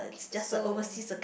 so